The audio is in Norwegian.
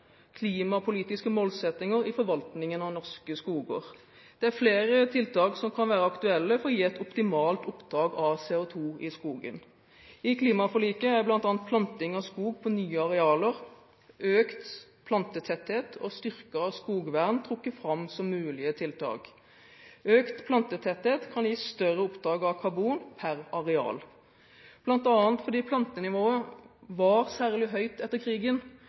klimapolitiske målsetninger i forvaltningen av norske skoger. Det er flere tiltak som kan være aktuelle for å gi et optimalt opptak av CO2 i skogen. I klimaforliket er bl.a. planting av skog på nye arealer, økt plantetetthet og styrket skogvern trukket fram som mulige tiltak. Økt plantetetthet kan gi større opptak av karbon per areal. Blant annet fordi plantenivået var særlig høyt etter krigen,